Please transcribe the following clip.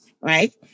right